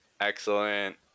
excellent